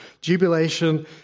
jubilation